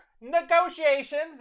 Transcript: negotiations